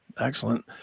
Excellent